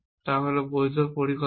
তা হল বৈধ পরিকল্পনা